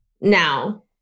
now